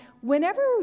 whenever